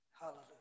Hallelujah